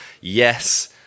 yes